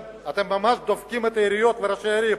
אתם ממש דופקים את העיריות וראשי הערים,